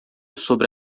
sobre